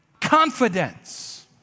confidence